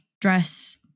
dress